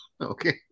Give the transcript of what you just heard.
Okay